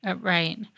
Right